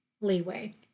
leeway